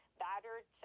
battered